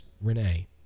Renee